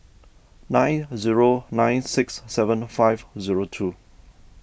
nine zero nine six seven five zero two